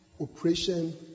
operation